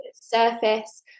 surface